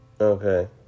Okay